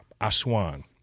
Aswan